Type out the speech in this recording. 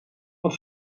want